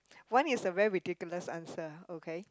one is a very ridiculous answer okay